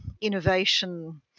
innovation